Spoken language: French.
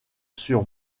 sur